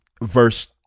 verse